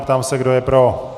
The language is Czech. Ptám se, kdo je pro.